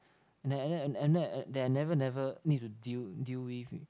that I never never need to deal deal with with